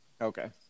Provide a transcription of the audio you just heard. Okay